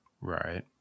Right